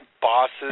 bosses